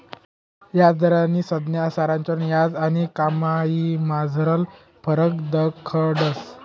याजदरस्नी संज्ञा संरचना याज आणि कमाईमझारला फरक दखाडस